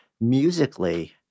Musically